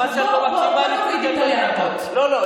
אז בוא, חבל שאת לא מקשיבה, לא, לא.